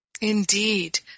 Indeed